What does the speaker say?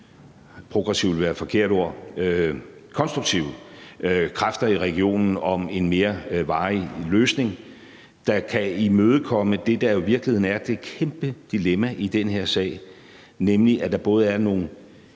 også at aktivere de konstruktive kræfter i regionen i forhold til en mere varig løsning, der kan imødekomme det, der jo i virkeligheden er det kæmpe dilemma i den her sag, nemlig at der både er nogle